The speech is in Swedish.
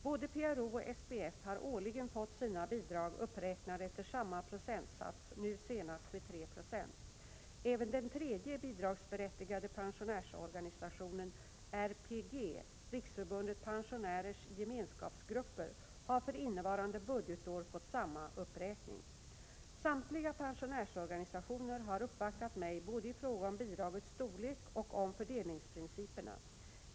Både PRO och SPF har årligen fått sina bidrag uppräknade efter samma procentsats, nu senast med 3 Zo. Även den tredje bidragsberättigade pensionärsorganisationen, RPG , har för innevarande budgetår fått samma uppräkning. Samtliga pensionärsorganisationer har uppvaktat mig både i fråga om bidragets storlek och om fördelningsprinciperna.